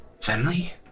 family